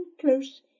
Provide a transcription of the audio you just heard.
close